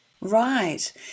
Right